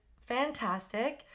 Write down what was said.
fantastic